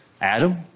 Adam